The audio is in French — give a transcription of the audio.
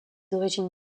origines